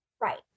Right